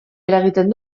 eragiten